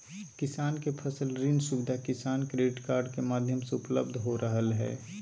किसान के फसल ऋण सुविधा किसान क्रेडिट कार्ड के माध्यम से उपलब्ध हो रहल हई